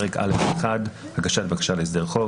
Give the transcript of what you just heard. "פרק א'1: הגשת בקשה להסדר חוב